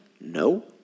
No